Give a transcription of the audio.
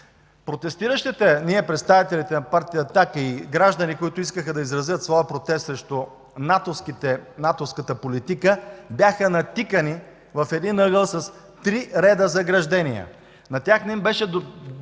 Протестиращите – ние, представителите на Партия „Атака” и гражданите, които искаха да изразят своя протест срещу натовската политика, бяха натикани в един ъгъл с три реда заграждения.